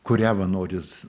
kurią va noris